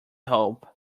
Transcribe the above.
hope